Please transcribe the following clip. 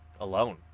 alone